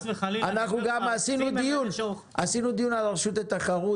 אנחנו גם ערכנו דיון על רשות התחרות